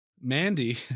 Mandy